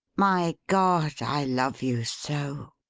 my god! i love you so!